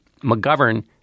McGovern